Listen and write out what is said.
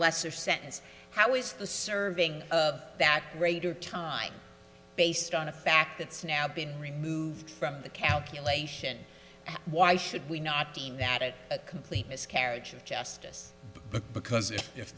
lesser sentence how was the serving of that greater time based on a fact that's now been removed from the calculation why should we not deem that it a complete miscarriage of justice because if